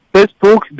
Facebook